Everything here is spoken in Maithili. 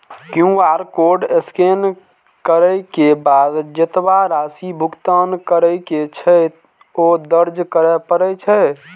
क्यू.आर कोड स्कैन करै के बाद जेतबा राशि भुगतान करै के छै, ओ दर्ज करय पड़ै छै